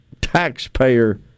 taxpayer